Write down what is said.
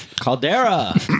Caldera